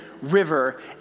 River